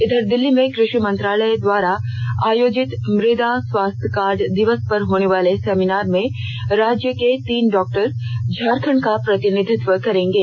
इंधर दिल्ली में कृषि मंत्रालय द्वारा आयोजित मुदा स्वास्थ्य दिवस पर होने वाले सेमिनार में राज्य के तीन डॉक्टर झारखंड का प्रतिनिधित्व करेंगे